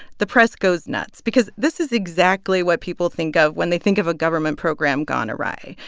the press goes nuts because this is exactly what people think of when they think of a government program gone awry.